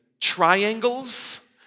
triangles